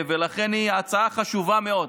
לכן היא הצעה חשובה מאוד.